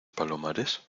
palomares